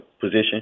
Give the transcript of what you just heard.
position